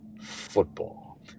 football